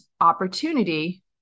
opportunity